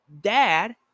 dad